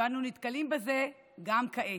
ואנו נתקלים בזה גם כעת.